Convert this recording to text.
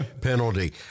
penalty